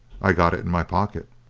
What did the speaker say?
i've got it in my pocket.